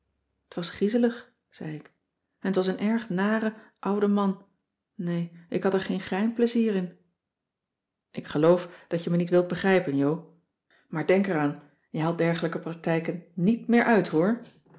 t was griezelig zei ik en t was een erge nare oude man nee ik had er geen grein plezier in ik geloof dat je me niet wilt begrijpen jo maar denk er aan je haalt dergelijke practijken niet meer uit hoor